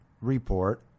report